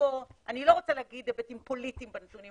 אני לא רוצה להגיד שיש פה היבטים פוליטיים בנתונים,